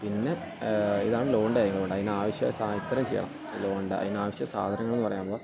പിന്നെ ഇതാണ് ലോണിൻ്റെ കാര്യങ്ങള് അതിനാവശ്യായ ഇത്രയും ചെയ്യണം ലോണിൻ്റെ അതിനാവശ്യമായ സാധനങ്ങളെന്നു പറയുമ്പോള്